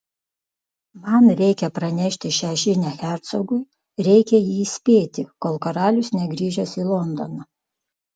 man reikia pranešti šią žinią hercogui reikia jį įspėti kol karalius negrįžęs į londoną